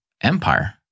Empire